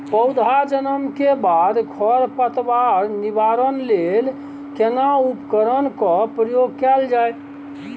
पौधा जन्म के बाद खर पतवार निवारण लेल केना उपकरण कय प्रयोग कैल जाय?